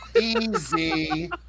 easy